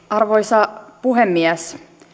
arvoisa puhemies